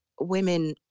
women